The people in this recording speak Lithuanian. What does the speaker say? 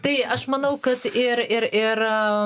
tai aš manau kad ir ir ir